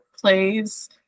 plays